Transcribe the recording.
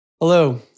Hello